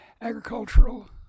agricultural